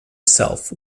self